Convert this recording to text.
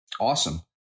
Awesome